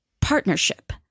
partnership